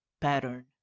pattern